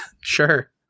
Sure